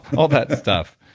all that stuff.